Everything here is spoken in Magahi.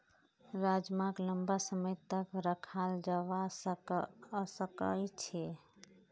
राजमाक लंबा समय तक रखाल जवा सकअ छे